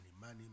money